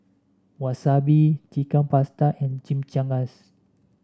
Wasabi Chicken Pasta and Chimichangas